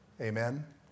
Amen